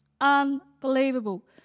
Unbelievable